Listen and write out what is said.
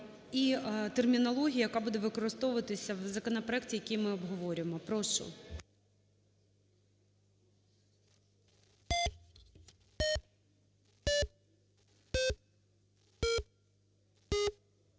і термінології, яка буде використовуватися в законопроекті, який ми обговорюємо, прошу.